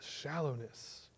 shallowness